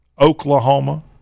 Oklahoma